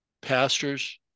pastors